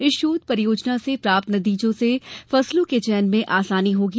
इस शोघ परियोजना से प्राप्त नतीजों से फसलों के चयन में आसानी होगी